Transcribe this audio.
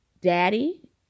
daddy